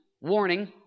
warning